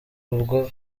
ubwo